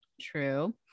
true